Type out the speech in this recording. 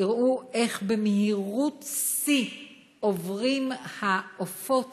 איך במהירות שיא עוברים העופות